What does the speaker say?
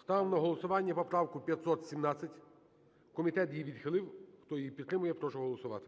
Ставлю на голосування поправку 517. Комітет її відхилив. Хто її підтримує, я прошу голосувати.